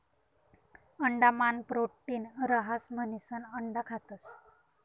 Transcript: अंडा मान प्रोटीन रहास म्हणिसन अंडा खातस